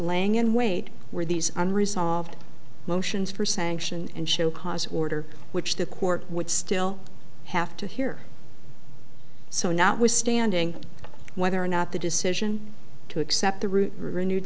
laying in wait where these unresolved motions for sanction and show cause order which the court would still have to hear so notwithstanding whether or not the decision to accept the route renewed